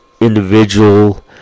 individual